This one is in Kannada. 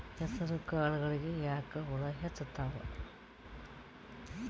ಹೆಸರ ಕಾಳುಗಳಿಗಿ ಯಾಕ ಹುಳ ಹೆಚ್ಚಾತವ?